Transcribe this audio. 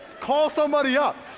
call somebody up.